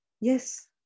yes